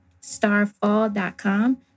starfall.com